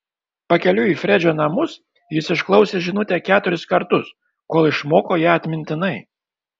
pakeliui į fredžio namus jis išklausė žinutę keturis kartus kol išmoko ją atmintinai